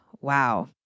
wow